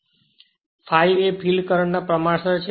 અને ∅ એ field current ના પ્રમાણસર છે